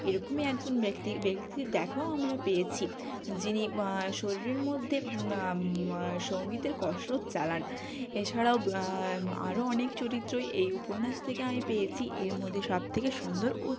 এরকমই একজন ব্যক্তি ব্যক্তির দেখাও আমরা পেয়েছি যিনি শরীরের মধ্যে সঙ্গীতের কসরত চালান এছাড়াও আরও অনেক চরিত্রই এই উপন্যাস থেকে আমি পেয়েছি এর মধ্যে সব থেকে সুন্দর ও